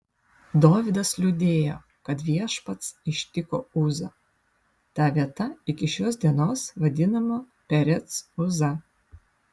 dovydas liūdėjo kad viešpats ištiko uzą ta vieta iki šios dienos vadinama perec uza